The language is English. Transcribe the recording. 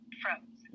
froze